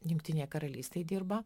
jungtinėj karalystėj dirba